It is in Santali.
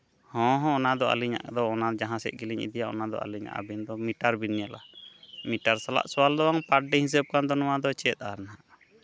ᱦᱮᱸ ᱦᱮᱸ ᱚᱱᱟ ᱫᱚ ᱟᱹᱞᱤᱧᱟᱜ ᱫᱚ ᱚᱱᱟ ᱡᱟᱦᱟᱸ ᱥᱮᱫ ᱜᱮᱞᱤᱧ ᱤᱫᱤᱭᱟ ᱚᱱᱟ ᱫᱚ ᱟᱹᱞᱤᱧᱟᱜ ᱟᱹᱵᱤᱱ ᱫᱚ ᱢᱤᱴᱟᱨ ᱵᱤᱱ ᱧᱮᱞᱟ ᱢᱤᱴᱟᱨ ᱥᱟᱞᱟᱜ ᱥᱚᱣᱟᱞ ᱫᱚ ᱵᱟᱝ ᱯᱟᱨ ᱰᱮ ᱦᱤᱥᱟᱹᱵ ᱠᱷᱚᱱ ᱫᱚ ᱱᱚᱣᱟ ᱫᱚ ᱪᱮᱫ ᱟᱨ ᱱᱟᱦᱟᱸᱜ